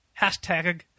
Hashtag